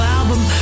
album